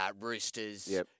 Roosters